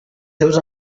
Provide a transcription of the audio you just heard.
seus